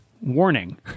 Warning